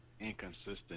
inconsistent